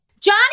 Johnny